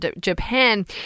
Japan